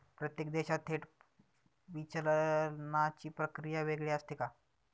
प्रत्येक देशात थेट विचलनाची प्रक्रिया वेगळी असते का?